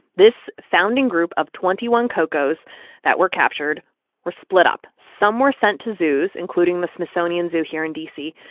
this founding group of twenty one ko'ko's that were captured were split up. some were sent to zoos, including the smithsonian zoo here in d c.